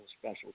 special